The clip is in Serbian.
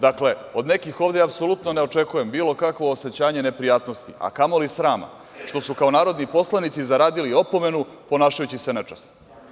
Dakle, od nekih ovde apsolutno ne očekujem ovde bilo kakvo osećanje neprijatnosti, a kamoli srama, što su kao narodni poslanici zaradili opomenu ponašajući se nečasno.